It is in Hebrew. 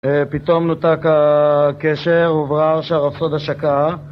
פתאום נותק הקשר, הוברר שהרפסודה שקעה